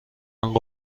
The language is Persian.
قبلا